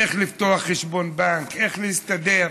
איך לפתוח חשבון בנק, איך להסתדר,